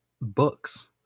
books